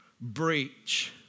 breach